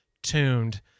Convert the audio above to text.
Tuned